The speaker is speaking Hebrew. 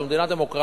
זאת מדינה דמוקרטית.